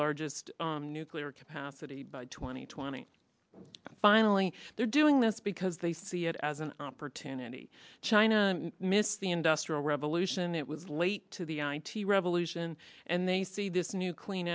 largest nuclear capacity by twenty twenty finally they're doing this because they see it as an opportunity china missed the industrial revolution it was late to the i t revolution and they see this new clean